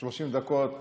30 דקות לרשותך.